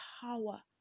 power